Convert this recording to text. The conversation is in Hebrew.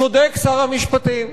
צודק שר המשפטים,